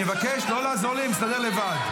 אני מבקש לא לעזור לי, אני מסתדר לבד.